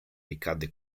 ricadde